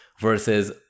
versus